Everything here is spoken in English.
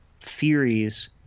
theories